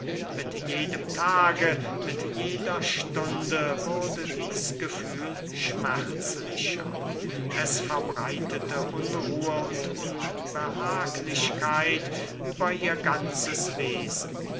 mit jedem tage mit jeder stunde wurde dieß gefühl schmerzlicher es verbreitete unruhe und unbehaglichkeit über ihr ganzes wesen